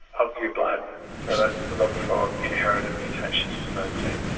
of your blood, so that's to look for inherited mutations in those genes.